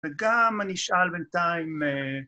‫וגם אני אשאל בינתיים...